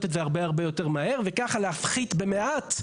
את זה הרבה יותר מהר וכך להפחית במעט,